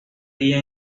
guía